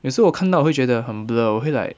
有时候我看到会觉得很 blur 我会 like